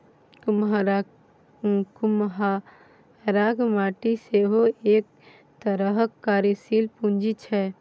कुम्हराक माटि सेहो एक तरहक कार्यशीले पूंजी छै